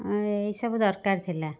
ଆଉ ଏଇସବୁ ଦରକାର ଥିଲା